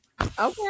Okay